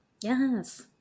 yes